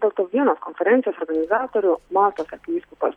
dėl to vienas konferencijos organizatorių maltos archivyskupas